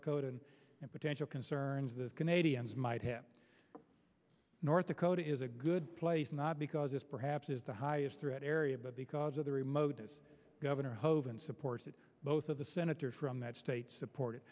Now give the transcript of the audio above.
dakota and potential concerns the canadians might have north dakota is a good place not because this perhaps is the highest threat area but because of the remote as governor hoeven supports it both of the senator from that state supported